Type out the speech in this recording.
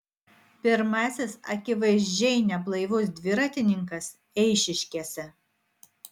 pirmasis akivaizdžiai neblaivus dviratininkas eišiškėse